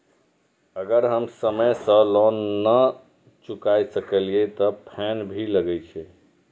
अगर हम समय से लोन ना चुकाए सकलिए ते फैन भी लगे छै?